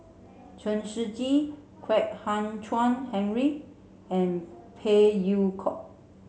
Chen Shiji Kwek Hian Chuan Henry and Phey Yew Kok